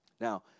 Now